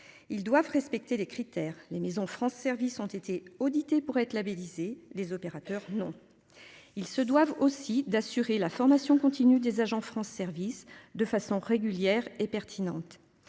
ils doivent respecter les critères les maison France services ont été audités pour être labellisée les opérateurs non. Ils se doivent aussi d'assurer la formation continue des agents France service de façon régulière et pertinente.